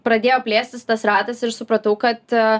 pradėjo plėstis tas ratas ir supratau kad